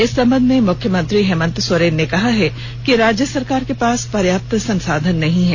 इस संबंध में मुख्यमंत्री हेमंत सोरेन ने कहा है कि राज्य सरकार के पास पर्याप्त संसाधन नहीं हैं